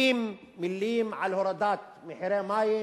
מלים-מלים על הורדת מחירי המים,